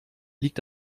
liegt